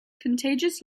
contagious